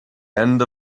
end